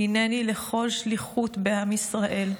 הינני לכל שליחות בעם ישראל,